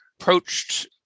approached